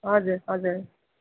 हजुर हजुर